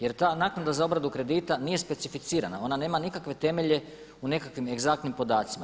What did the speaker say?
Jer ta naknada za obradu kredita nije specificirana, ona nema nikakve temelje u nekakvim egzaktnim podacima.